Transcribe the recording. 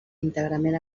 íntegrament